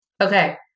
Okay